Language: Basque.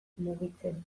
mugitzen